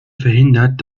verhindert